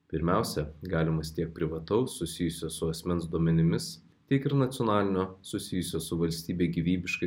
pirmiausia galimas tiek privataus susijusių su asmens duomenimis tiek ir nacionalinio susijusių su valstybei gyvybiškai